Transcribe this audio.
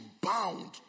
bound